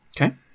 Okay